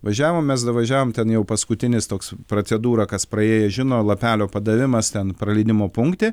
važiavom mes davažiavom ten jau paskutinis toks procedūrą kas praėję žino lapelio padavimas ten praleidimo punkte